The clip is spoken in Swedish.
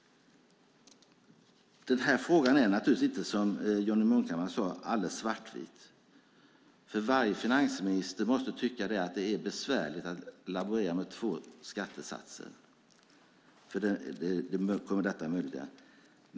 Den här frågan är, som Johnny Munkhammar sade, inte alldeles svartvit. Varje finansminister måste tycka att det är besvärligt att laborera med två skattesatser, för det kommer detta att möjliggöra.